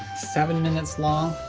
seven minutes long?